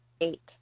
eight